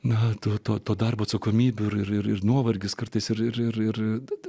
natų to darbo atsakomybių ir ir nuovargis kartais ir bet